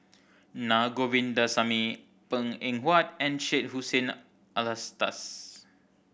Na Govindasamy Png Eng Huat and Syed Hussein Alatas